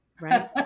Right